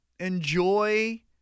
Enjoy